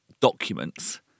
documents